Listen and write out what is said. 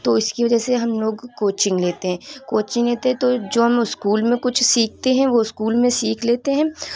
تو اس کی وجہ سے ہم لوگ کوچنگ لیتے ہیں کوچنگ لیتے تو جو ہم اسکول میں کچھ سیکھتے ہیں وہ اسکول میں سیکھ لیتے ہیں